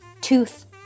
tooth